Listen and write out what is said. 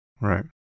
right